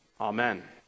amen